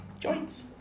Joints